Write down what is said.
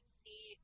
see